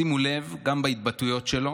שימו לב, גם בהתבטאויות שלו,